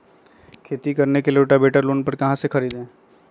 खेती करने के लिए रोटावेटर लोन पर कहाँ से खरीदे?